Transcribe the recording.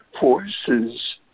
forces